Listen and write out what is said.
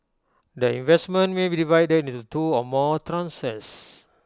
the investment may be divided into two or more tranches